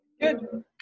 Good